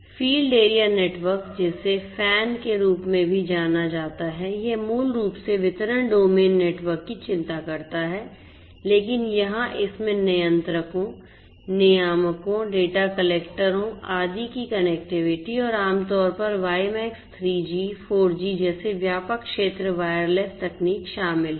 field area network जिसे FAN के रूप में भी जाना जाता है यह मूल रूप से वितरण डोमेन नेटवर्क की चिंता करता है लेकिन यहां इसमें नियंत्रकों नियामकों डेटा कलेक्टरों आदि की कनेक्टिविटी और आमतौर पर वाईमैक्स 3 जी 4 जी जैसे व्यापक क्षेत्र वायरलेस तकनीक शामिल हैं